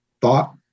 thought